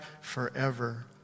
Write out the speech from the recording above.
forever